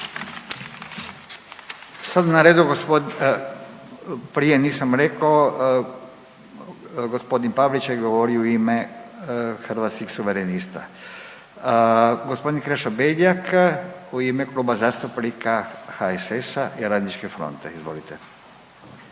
Sada je na redu, prije nisam rekao g. Pavliček je govorio u ime Hrvatskih suverenista. Gospodin Krešo Beljak u ime Kluba zastupnika HSS-a i RF-a. Izvolite.